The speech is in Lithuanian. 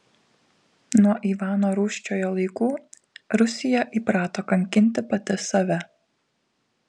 nuo ivano rūsčiojo laikų rusija įprato kankinti pati save